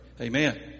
Amen